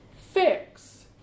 fix